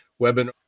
webinar